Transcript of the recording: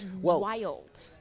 wild